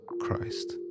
Christ